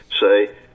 say